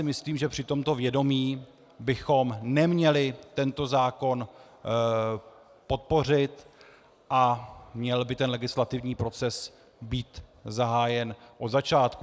Myslím, že při tomto vědomí bychom neměli tento zákon podpořit a měl by legislativní proces být zahájen od začátku.